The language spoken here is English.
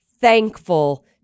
thankful